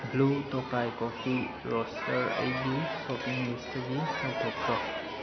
blue Tokai coffee roaster ꯑꯩꯒꯤ shopping ꯂꯤꯁꯇꯥꯒꯤ ꯂꯧꯊꯣꯛꯈ꯭ꯔꯣ